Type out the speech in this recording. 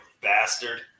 bastard